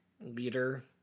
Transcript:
leader